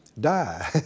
die